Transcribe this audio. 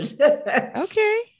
Okay